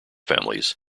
families